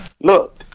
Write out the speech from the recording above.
Look